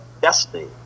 destiny